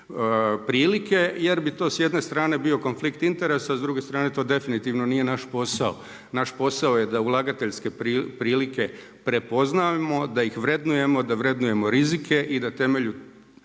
prilike, jer bi to s jedne strane bio konflikt interesa, a s druge strane to definitivno nije naš posao. Naš posao je da ulagateljske prilike prepoznamo, da ih vrednujemo, da vrednujemo rizike i na temelju